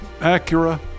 Acura